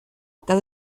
das